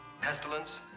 pestilence